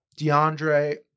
DeAndre